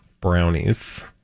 brownies